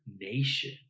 nation